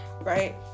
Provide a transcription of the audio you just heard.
right